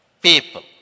people